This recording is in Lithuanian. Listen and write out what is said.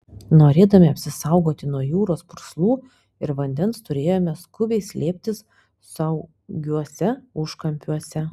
norėdami apsisaugoti nuo jūros purslų ir vandens turėjome skubiai slėptis saugiuose užkampiuose